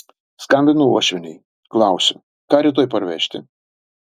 skambinu uošvienei klausiu ką rytoj parvežti